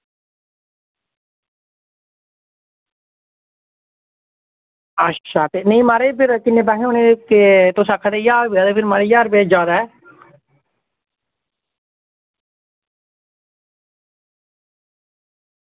ते अच्छा ते नेईं म्हाराज फिर किन्ने पैसे होने ते तुस आक्खा दे ज्हार रपेआ ते ज्हार रपेआ जादै